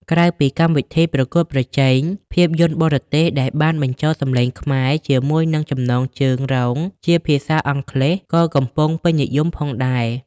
ក្រៅពីកម្មវិធីប្រកួតប្រជែង ភាពយន្តបរទេសដែលបានបញ្ចូលសំឡេងខ្មែរជាមួយនឹងចំណងជើងរងជាភាសាអង់គ្លេសក៏កំពុងពេញនិយមផងដែរ។